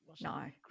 No